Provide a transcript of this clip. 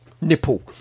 Nipple